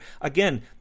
Again